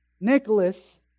Nicholas